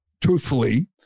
truthfully